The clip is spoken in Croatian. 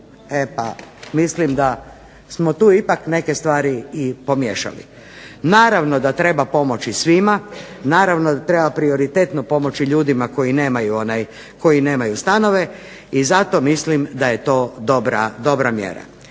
E pa mislim da smo tu ipak neke stvari i pomiješali. Naravno da treba pomoći svima, naravno da treba prioritetno pomoći ljudima koji nemaju stanove i zato mislim da je to dobra mjera.